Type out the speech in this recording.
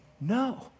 no